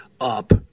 up